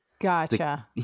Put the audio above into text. Gotcha